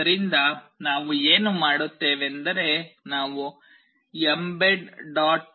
ಆದ್ದರಿಂದ ನಾವು ಏನು ಮಾಡುತ್ತೇವೆಂದರೆ ನಾವು mbed